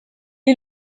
est